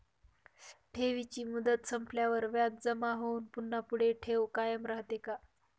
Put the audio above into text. ठेवीची मुदत संपल्यावर व्याज जमा होऊन पुन्हा पुढे ठेव कायम राहते का?